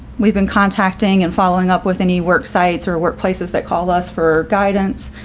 we've been contacting and following up with any work sites or workplaces that call us for guidance.